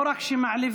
לא רק שמעליבים,